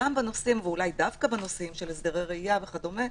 גם בנושאים ואולי דווקא בנושאים של הסדרי ראייה וכדומה,